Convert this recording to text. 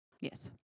Yes